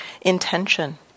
intention